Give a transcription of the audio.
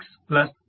85